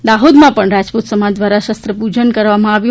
તો દાહોદમાં પણ રાજપૂત સમાજ દ્વારા શસ્ત્રપૂજન કરવામાં આવ્યું